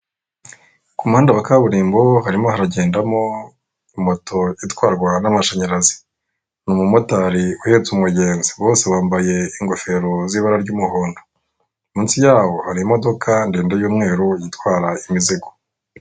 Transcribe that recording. Ku muhanda wa kaburimbo, harimo hagendamo moto itwarwa n'amashanyarazi. Umumotari uhetse umugenzi bose bambaye ingofero z'ibara ry'umuhondo, munsi yaho hari imodoka ndende y'umweru itwara imizigo.